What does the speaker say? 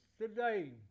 today